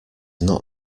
not